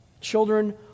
Children